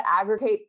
aggregate